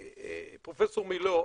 פרופ' מילוא,